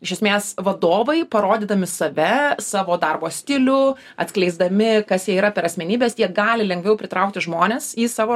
iš esmės vadovai parodydami save savo darbo stilių atskleisdami kas jie yra per asmenybes jie gali lengviau pritraukti žmones į savo